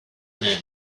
plan